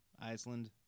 Iceland